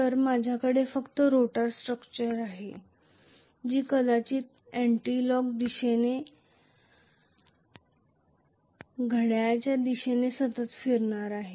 तर माझ्याकडे फक्त रोटर स्ट्रक्चर आहे जी कदाचित घड्याळाच्या विरुध्द दिशेने किंवा घड्याळाच्या दिशेने सतत फिरत आहे